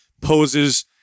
poses